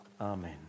Amen